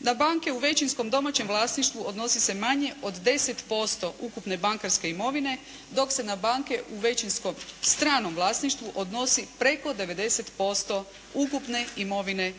Na banke u većinskom domaćem vlasništvu odnosi se manje od 10% ukupne bankarske imovine dok se na banke u većinskom stranom vlasništvu odnosi preko 90% ukupne imovine